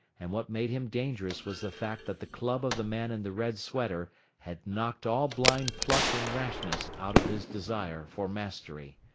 and what made him dangerous was the fact that the club of the man in the red sweater had knocked all blind pluck and rashness out of his desire for mastery.